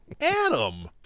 Adam